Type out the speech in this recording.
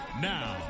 Now